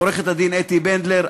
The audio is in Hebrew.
עורכת-הדין אתי בנדלר.